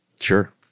Sure